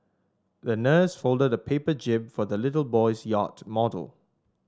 the nurse folded a paper jib for the little boy's yacht model